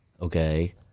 Okay